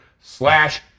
slash